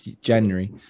january